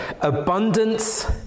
abundance